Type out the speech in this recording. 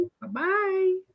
Bye-bye